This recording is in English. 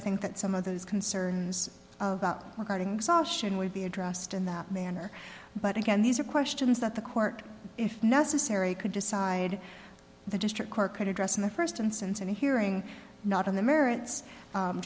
i think that some of those concerns about regarding exhaustion would be addressed in that manner but again these are questions that the court if necessary could decide the district court could address in the first instance in a hearing not on the merits